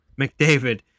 McDavid